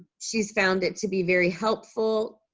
she's found it to be very helpful.